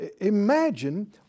imagine